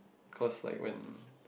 cause like when